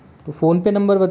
PhonePe number बताएं